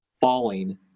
falling